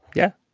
yeah